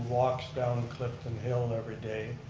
walks down clifton hill and everyday,